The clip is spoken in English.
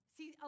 See